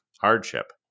hardship